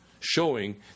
showing